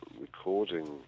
recording